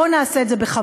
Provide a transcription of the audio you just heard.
אז בואו נעשה את זה בכבוד.